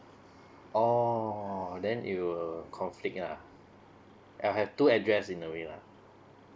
oh then you conflict ah I have two address in a way lah